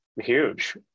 huge